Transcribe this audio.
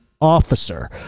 Officer